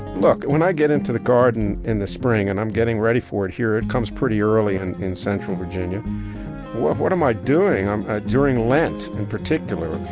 look, when i get into the garden in the spring, and i'm getting ready for it here, it comes pretty early and in central virginia what am i doing ah during lent, in particular?